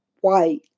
white